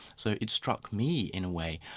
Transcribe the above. so it struck me in a way,